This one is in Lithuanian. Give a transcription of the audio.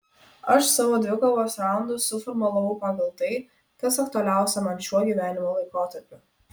aš savo dvikovos raundus suformulavau pagal tai kas aktualiausia man šiuo gyvenimo laikotarpiu